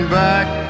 back